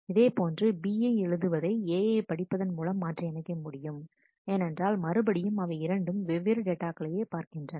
இதேபோன்று B யை எழுதுவதை A யை படிப்பதன் மூலம் மாற்றி அமைக்க முடியும் ஏனென்றால் மறுபடியும் அவை இரண்டும் வெவ்வேறு டேட்டாக்களையே பார்க்கின்றன